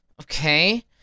Okay